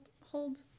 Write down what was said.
hold